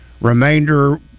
remainder